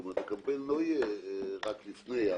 כלומר הקמפיין לא יהיה רק לפני.